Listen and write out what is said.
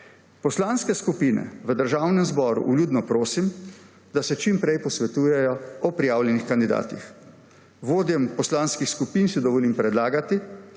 Poslanske skupine v Državnem zboru vljudno prosim, da se čim prej posvetujejo o prijavljenih kandidatih. Vodjem poslanskih skupin si dovolim predlagati,